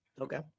Okay